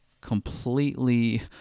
completely